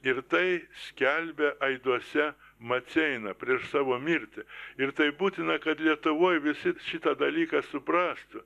ir tai skelbia aiduose maceina prieš savo mirtį ir tai būtina kad lietuvoj visi šitą dalyką suprastų